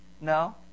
No